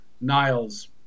Niles